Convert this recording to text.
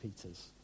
Peters